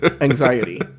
anxiety